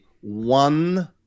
one